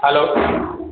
hello